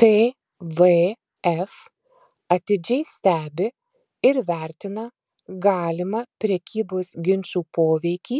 tvf atidžiai stebi ir vertina galimą prekybos ginčų poveikį